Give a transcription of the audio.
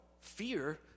fear